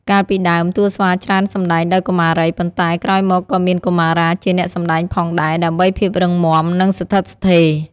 កាលពីដើម តួស្វាច្រើនសម្ដែងដោយកុមារី ប៉ុន្តែក្រោយមកក៏មានកុមារាជាអ្នកសម្ដែងផងដែរ ដើម្បីភាពរឹងមាំ និងស្ថិតស្ថេរ។